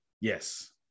Yes